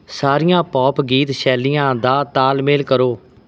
ਸਾਰੀਆਂ ਪੌਪ ਗੀਤ ਸ਼ੈਲੀਆਂ ਦਾ ਤਾਲਮੇਲ ਕਰੋ